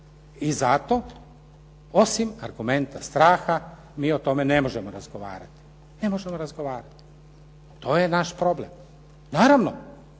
i zato osim argumenta straha mi o tome ne možemo razgovarati, ne možemo razgovarati. To je naš problem. Naravno,